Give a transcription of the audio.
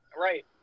right